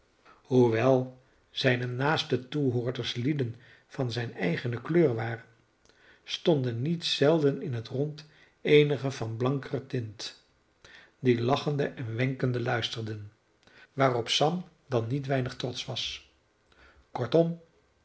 hoewel zijne naaste toehoorders lieden van zijne eigene kleur waren stonden niet zelden in het rond eenigen van blanker tint die lachende en wenkende luisterden waarop sam dan niet weinig trotsch was kortom